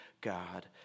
God